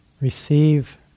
receive